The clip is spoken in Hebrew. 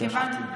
כאן זה שופטים.